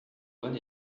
bon